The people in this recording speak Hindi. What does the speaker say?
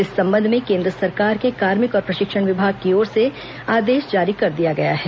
इस संबंध में केन्द्र सरकार के कार्मिक और प्रशिक्षण विभाग की ओर से आदेश जारी कर दिया गया है